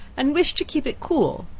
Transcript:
and wish to keep it cool,